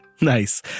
Nice